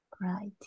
right